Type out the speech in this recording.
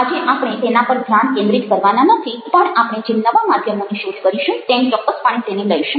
આજે આપણે તેના પર ધ્યાન કેન્દ્રિત કરવાના નથી પણ આપણે જેમ નવા માધ્યમોની શોધ કરીશું તેમ ચોક્કસપણે તેને લઈશું